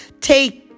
Take